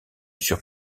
sur